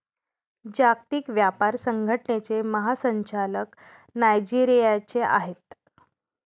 जागतिक व्यापार संघटनेचे महासंचालक नायजेरियाचे आहेत